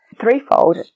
threefold